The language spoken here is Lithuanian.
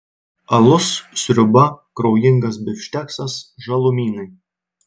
alus sriuba kraujingas bifšteksas žalumynai